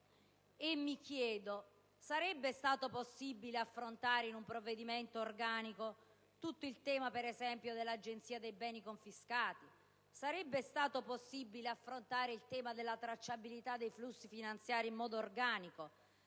e mi chiedo: sarebbe stato possibile affrontare in un provvedimento organico tutto il tema, per esempio, dell'Agenzia per i beni confiscati? Sarebbe stato possibile affrontare il tema della tracciabilità dei flussi finanziari in modo organico?